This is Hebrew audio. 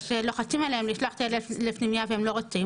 שלוחצים עליהם לשלוח את הילד לפנימייה והם לא רוצים.